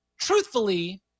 truthfully